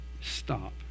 Stop